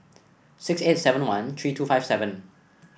six eight seven one three two five seven